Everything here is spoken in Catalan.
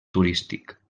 turístic